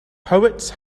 poets